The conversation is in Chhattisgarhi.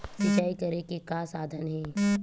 सिंचाई करे के का साधन हे?